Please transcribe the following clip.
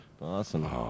Awesome